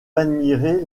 admirer